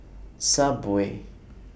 Subway